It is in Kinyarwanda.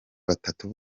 batatu